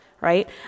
right